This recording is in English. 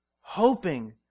Hoping